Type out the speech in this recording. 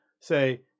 say